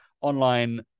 online